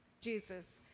Jesus